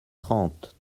trente